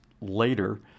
later